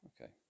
Okay